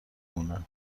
مونه